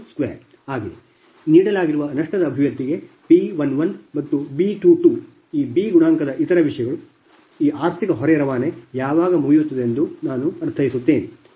ನೀಡಲಾಗಿರುವ ನಷ್ಟದ ಅಭಿವ್ಯಕ್ತಿಗೆ B 11 ಮತ್ತು B 22 ಈ ಬಿ ಗುಣಾಂಕದ ಇತರ ವಿಷಯಗಳು ಈ ಆರ್ಥಿಕ ಹೊರೆ ರವಾನೆ ಯಾವಾಗ ಮುಗಿಯುತ್ತದೆ ಎಂದು ನಾನು ಅರ್ಥೈಸುತ್ತೇನೆ